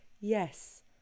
yes